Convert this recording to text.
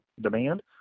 demand